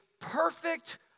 perfect